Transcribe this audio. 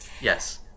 Yes